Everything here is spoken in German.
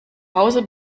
hause